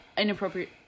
Inappropriate